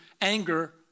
anger